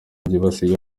byibasiye